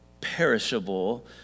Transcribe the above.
perishable